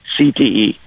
CTE